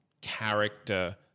character